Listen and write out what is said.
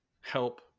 help